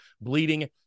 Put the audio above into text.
bleeding